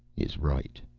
is right.